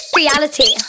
reality